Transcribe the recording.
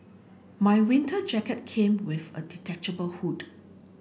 my winter jacket came with a detachable hood